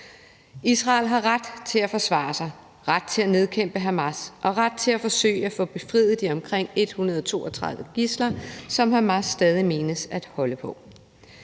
Israel har ret til at forsvare sig, ret til at nedkæmpe Hamas og ret til at forsøge at få befriet de omkring 132 gidsler, som Hamas stadig menes at holde på.